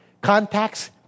Contacts